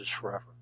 forever